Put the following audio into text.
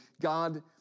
God